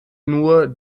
nur